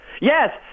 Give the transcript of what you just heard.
Yes